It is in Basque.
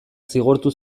zigortu